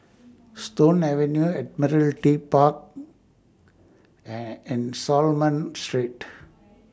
Stone Avenue Admiralty Park and and Solomon Street